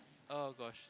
oh gosh